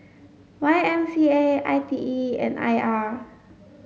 Y M C A I T E and I R